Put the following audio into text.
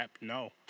no